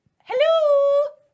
Hello